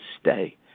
stay